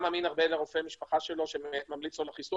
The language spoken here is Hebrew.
מאמין יותר לרופא המשפחה שממליץ לו על החיסון,